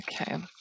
okay